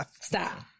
stop